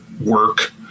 Work